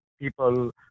people